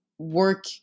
Work